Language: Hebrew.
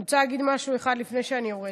אני רוצה להגיד משהו אחד לפני שאני יורדת.